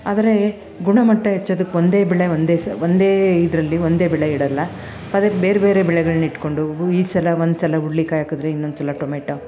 ಆದರೆ ಗುಣಮಟ್ಟ ಹೆಚ್ಚೋದಕ್ಕೊಂದೇ ಬೆಳೆ ಒಂದೇ ಸ್ ಒಂದೇ ಇದರಲ್ಲಿ ಒಂದೇ ಬೆಳೆ ಇಡಲ್ಲ ಅದಕ್ಕೆ ಬೇರೆ ಬೇರೆ ಬೆಳೆಗಳ್ನ ಇಟ್ಕೊಂಡು ಹು ಈ ಸಲ ಒಂದ್ಸಲ ಹುರುಳಿಕಾಯಿ ಹಾಕಿದ್ರೆ ಇನ್ನೊಂದ್ಸಲ ಟೊಮೆಟೋ